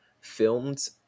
filmed